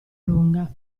lunga